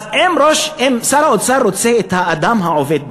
אם שר האוצר רוצה את האדם העובד,